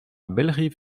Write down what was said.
bellerive